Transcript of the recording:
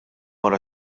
ara